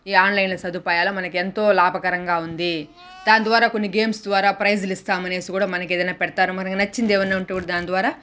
ఈ ఆన్లైన్ల సదుపాయాల మనకు ఎంతో లాభకరంగా ఉంది దాంద్వార కొన్ని గేమ్స్ ద్వార ప్రైజులు ఇస్తాం అనేసి గూడా మనకి ఏదన్నా పెడతారు మనకి నచ్చింది ఏదన్నా ఉంటే గూడా దాని ద్వారా